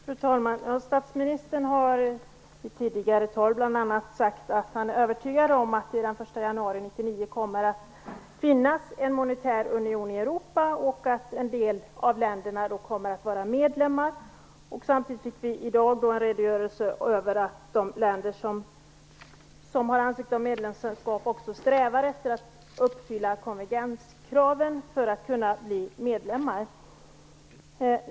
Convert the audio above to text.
Fru talman! Statsministern har bl.a. i tidigare tal sagt att han är övertygad om att det redan den 1 januari 1999 kommer att finnas en monetär union i Europa och att en del av länderna då kommer att vara medlemmar. Samtidigt fick vi i dag en redogörelse för att de länder som har ansökt om medlemskap också strävar efter att uppfylla konvergenskraven för att kunna bli medlemmar.